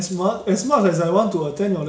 fish on climate is the most important part of the mod